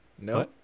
No